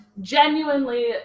Genuinely